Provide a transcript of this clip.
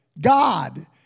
God